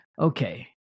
Okay